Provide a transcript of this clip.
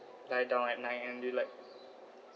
lie down at night and you like